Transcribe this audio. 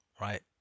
right